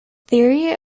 theory